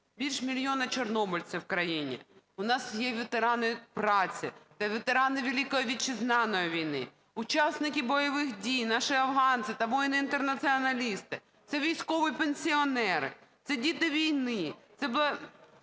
більше мільйона чорнобильців в країні. У нас є ветерани праці та ветерани Великої Вітчизняної війни, учасники бойових дій - наші афганці та воїни-інтернаціоналісти. Це військові пенсіонери, це діти війни, це